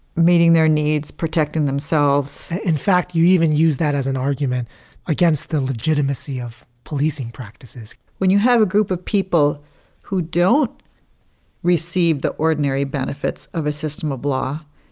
meeting their needs, protecting themselves in fact, you even use that as an argument against the legitimacy of policing practices when you have a group of people who don't receive the ordinary benefits of a system of law,